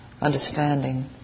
understanding